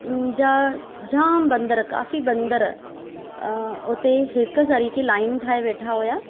उन जा जामु बांदर काफ़ी बांदर उते हिक सरीकी लाइन ठाहे वेठा हुया